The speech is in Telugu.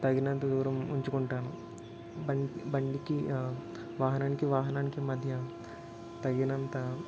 తగినంత దూరం ఉంచుకుంటాను బండ్ బండికి వాహనానికి వాహనానికి మధ్య తగినంత